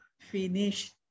finish